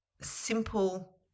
simple